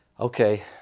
Okay